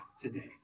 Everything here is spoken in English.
today